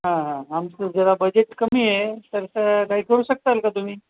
हां हां आमचं जरा बजेट कमी आहे तर तसं काही करू शकताल का तुम्ही